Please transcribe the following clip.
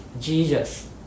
Jesus